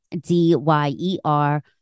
D-Y-E-R